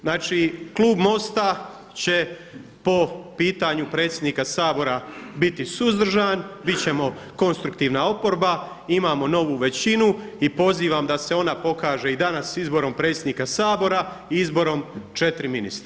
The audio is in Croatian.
Znači klub MOST-a će po pitanju predsjednika Sabora biti suzdržan, bit ćemo konstruktivna oporba, imamo novu većinu i pozivam da se ona pokaže i danas izborom predsjednika Sabora i izborom 4 ministra.